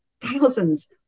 thousands